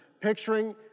picturing